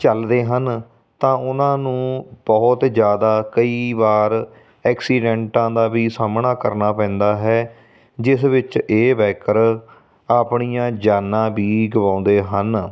ਚੱਲਦੇ ਹਨ ਤਾਂ ਉਹਨਾਂ ਨੂੰ ਬਹੁਤ ਜ਼ਿਆਦਾ ਕਈ ਵਾਰ ਐਕਸੀਡੈਂਟਾਂ ਦਾ ਵੀ ਸਾਹਮਣਾ ਕਰਨਾ ਪੈਂਦਾ ਹੈ ਜਿਸ ਵਿੱਚ ਇਹ ਬਾਇਕਰ ਆਪਣੀਆਂ ਜਾਨਾਂ ਵੀ ਗਵਾਉਂਦੇ ਹਨ